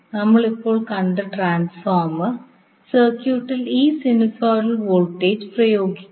നമ്മൾ ഇപ്പോൾ കണ്ട ട്രാൻസ്ഫോർമർ സർക്യൂട്ടിൽ ഈ സിനുസോയ്ഡൽ വോൾട്ടേജ് പ്രയോഗിക്കും